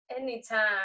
anytime